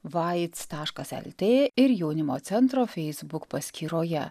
vaits taškas el tė ir jaunimo centro feisbuk paskyroje